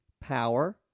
power